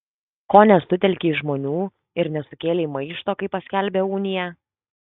ko nesutelkei žmonių ir nesukėlei maišto kai paskelbė uniją